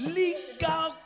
legal